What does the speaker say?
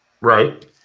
Right